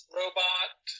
robot